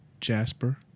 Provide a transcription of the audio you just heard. jasper